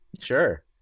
Sure